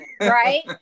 right